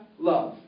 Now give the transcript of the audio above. love